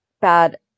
bad